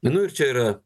nu ir čia yra